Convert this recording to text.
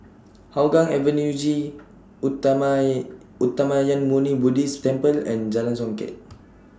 Hougang Avenue G Uttamayanmuni Buddhist Temple and Jalan Songket